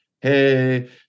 hey